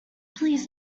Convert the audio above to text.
please